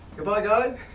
goodbye, guys,